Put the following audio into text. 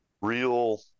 real